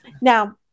Now